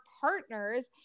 partners